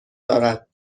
دارد